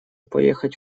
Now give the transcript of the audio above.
поехать